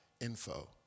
info